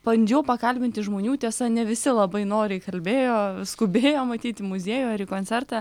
bandžiau pakalbinti žmonių tiesa ne visi labai noriai kalbėjo skubėjo matyt į muziejų ar į koncertą